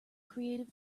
creative